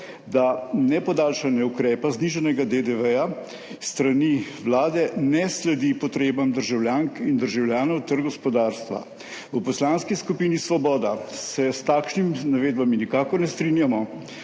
da ne podaljšanje ukrepa znižanega DDV s strani Vlade ne sledi potrebam državljank in državljanov ter gospodarstva. V Poslanski skupini Svoboda se s takšnimi navedbami nikakor ne strinjamo.